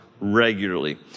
Regularly